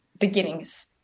beginnings